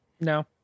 no